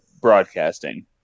broadcasting